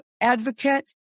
advocate